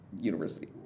University